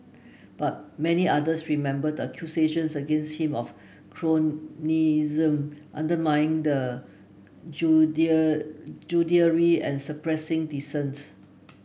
but many others remember the accusations against him of cronyism undermining the and suppressing dissent